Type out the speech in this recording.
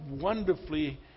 wonderfully